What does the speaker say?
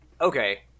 Okay